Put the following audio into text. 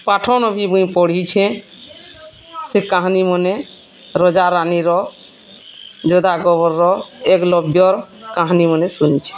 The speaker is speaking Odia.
ପାଠନ ବି ମୁଇଁ ପଢ଼ିଛେଁ ସେ କାହାନୀମାନେ ରଜା ରାନୀର ଯୋଦ୍ଧା ଆକ୍ବର୍ର ଏକ୍ଲବ୍ୟର୍ କାହାନୀମାନେ ଶୁନିଛେଁ